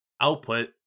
output